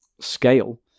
scale